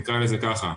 נקרא לזה ככה,